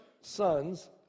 sons